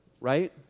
right